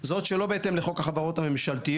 זאת שלא בהתאם לחוק החברות הממשלתיות,